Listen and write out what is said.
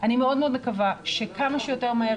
אני מאוד מאוד מקווה שכמה שיותר מהר